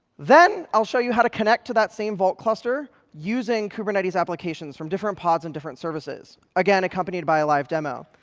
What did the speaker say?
then, i'll show you how to connect to that same vault cluster using kubernetes applications from different pods and different services, again, accompanied by a live demo.